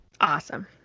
awesome